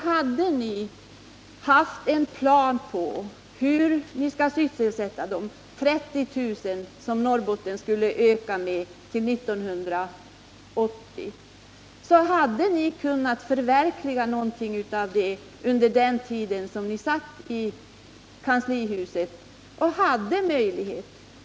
Hade ni haft en plan för hur ni skulle sysselsätta de 30 000 människor som ni ansåg att Norrbotten skulle öka med till 1980, så hade ni kunnat förverkliga någonting av den under den tid som ni satt i kanslihuset.